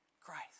Christ